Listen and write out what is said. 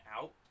out